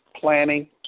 planning